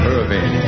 Irving